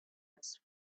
its